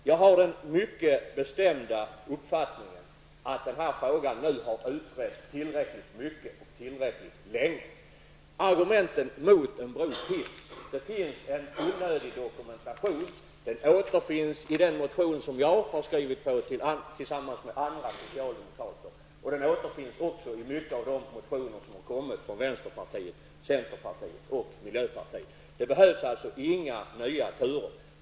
Jag har den mycket bestämda uppfattningen att den här frågan nu har utretts tillräckligt mycket och tillräckligt länge. Det finns en fullödig dokumentation av argumenten mot en bro. Den återfinns i den motion som jag har skrivit på tillsammans med andra socialdemokrater, och den återfinns också i många av de motioner som väckts av vänsterpartiet, centerpartiet och miljöpartiet. Det behövs alltså inga nya turer.